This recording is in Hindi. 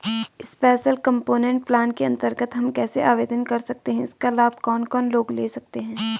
स्पेशल कम्पोनेंट प्लान के अन्तर्गत हम कैसे आवेदन कर सकते हैं इसका लाभ कौन कौन लोग ले सकते हैं?